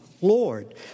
Lord